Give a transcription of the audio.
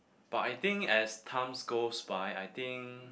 but I think as times goes by I think